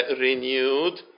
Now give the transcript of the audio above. renewed